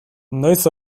noiz